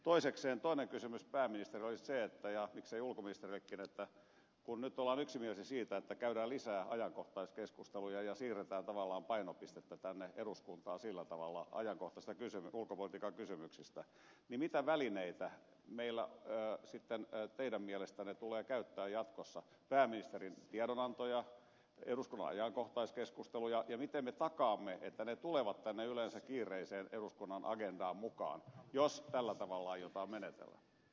toisekseen toinen kysymys pääministerille olisi se ja miksei ulkoministerillekin että kun nyt ollaan yksimielisiä siitä että käydään lisää ajankohtaiskeskusteluja ja siirretään tavallaan painopistettä tänne eduskuntaan sillä tavalla ajankohtaisista ulkopolitiikan kysymyksistä niin mitä välineitä meillä sitten teidän mielestänne tulee käyttää jatkossa pääministerin tiedonantoja eduskunnan ajankohtaiskeskusteluja ja miten me takaamme että ne tulevat tänne yleensä kiireiseen eduskunnan agendaan mukaan jos tällä tavalla aiotaan menetellä